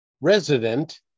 resident